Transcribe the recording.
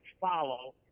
follow